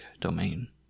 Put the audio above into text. domain